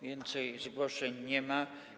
Więcej zgłoszeń nie ma.